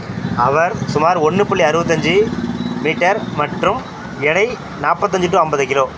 அவர் சுமார் ஒன்று புள்ளி அறுபத்தஞ்சி மீட்டர் மற்றும் எடை நாற்பத்தஞ்சி டு ஐம்பது கிலோ